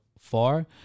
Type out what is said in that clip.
far